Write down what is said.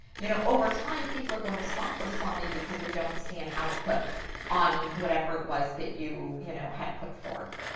you know, over time, people are going to stop responding because they don't see an output on whatever it was that you you know had put forth.